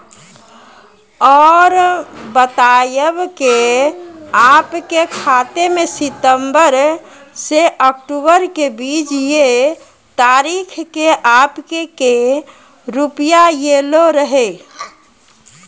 और बतायब के आपके खाते मे सितंबर से अक्टूबर के बीज ये तारीख के आपके के रुपिया येलो रहे?